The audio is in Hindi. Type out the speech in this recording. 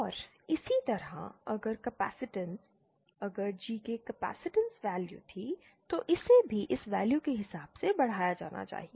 और इसी तरह अगर कैपेसिटेंस अगर GK कैपेसिटेंस वैल्यू थी तो इसे भी इस वैल्यू के हिसाब से बढ़ाया जाना चाहिए